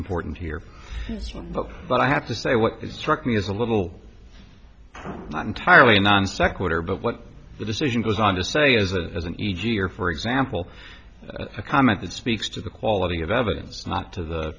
important here but i have to say what is struck me as a little not entirely non sequitur but what the decision goes on to say is that as an e g or for example a comment that speaks to the quality of evidence not to the